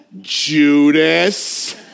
Judas